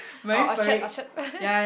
or Orchard Orchard